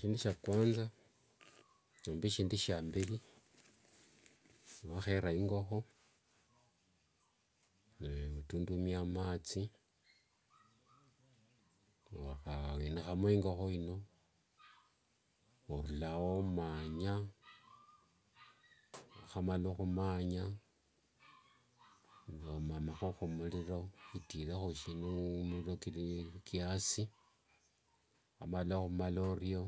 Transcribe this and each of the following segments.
Shindu shia kwanza nomba shindu shia amberi niwakhera ingokho notundumia mathi niwinikhamo ingokho ino orulao omanya niwakhamala khumanya, nomamakho khumuriro kiasi niwakharulao orio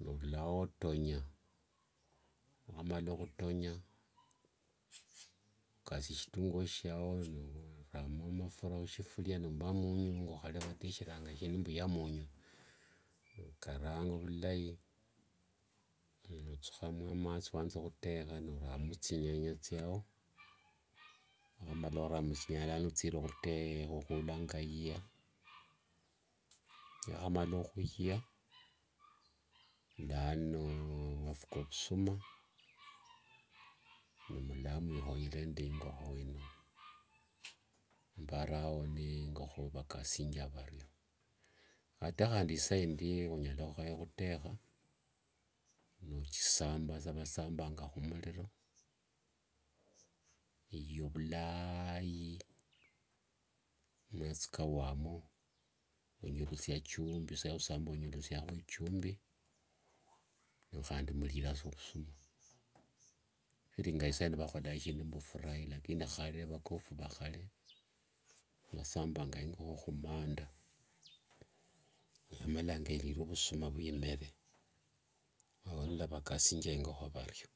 norulao otonya, niwakhama khutonya nokasi situnguo shiao norakho mafura khushifuria siao nomba munyungu khare vatesheranga musindu nga munyungu, nokaranga vulai, nothukhamo amathi wanza khutekha noramo thinyanya thiao, niwakhamala khuramo thinyanya nano othiirire khutekha khula ngaia, yakhamala khuya laanoo vafuka vusuma nimurulao mwikhonyera nde ingokho ino, mbara ingokho vakasingia vario, kata khandi isaa indi onyala khukhaya khutekha nochisamba sa vasanga khumuriro yiya vulaaiii, ni mathi kawaimo onyukhirisia ichumbi ni khandi murira saa vusuma, rero isaino vakholang mbu furai lakini khare vakofu vakhare vasambanga ingokho khumanda yamalanga irirwe ovusuma vwiiimere, endio niluavakasianga ingokho vario.